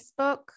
Facebook